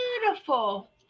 Beautiful